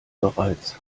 bereits